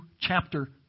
chapter